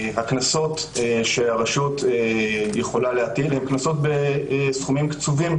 הקנסות שהרשות יכולה להטיל הם קנסות בסכומים קצובים.